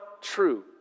true